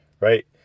right